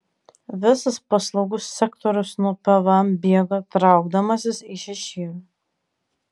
visas paslaugų sektorius nuo pvm bėga traukdamasis į šešėlį